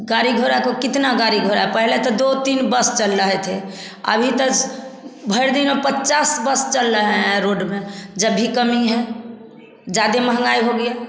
गाड़ी घोड़ा को कितना गाड़ी घोड़ा पहले तो दो तीन बस चल रहे थे अभी तस भैर दिन अब पचास बस चल रहें हैं रोड में जब भी कमी है ज्यादा महँगाई हो गया